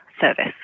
service